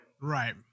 Right